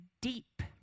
deep